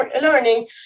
learning